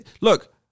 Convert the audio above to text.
look